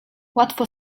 łatwo